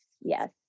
Yes